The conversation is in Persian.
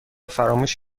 فراموش